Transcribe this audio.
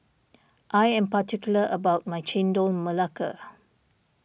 I am particular about my Chendol Melaka